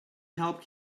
help